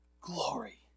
glory